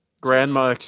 Grandma